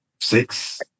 six